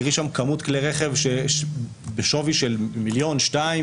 ואת תראי שם כמות כלי רכב בשווי של מיליון ושני מיליון,